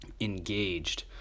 engaged